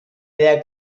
idea